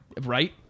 right